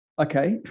Okay